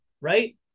right